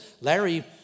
Larry